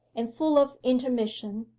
and full of intermission,